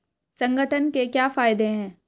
संगठन के क्या फायदें हैं?